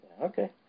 Okay